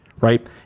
right